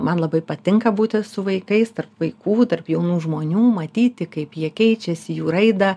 man labai patinka būti su vaikais tarp vaikų tarp jaunų žmonių matyti kaip jie keičiasi jų raidą